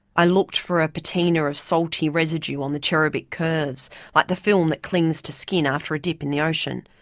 i looked for a patina of salty residueon the cherubic curves, like the film that clings to skin after a dip in the ocean.